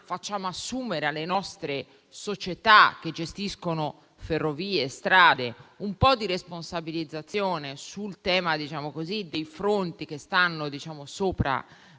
facciamo assumere alle società che gestiscono ferrovie e strade un po' di responsabilità sul tema dei fronti che stanno sopra